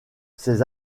ces